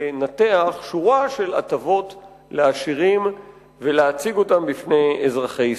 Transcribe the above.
לנתח כמה הטבות לעשירים ולהציג אותן בפני אזרחי ישראל.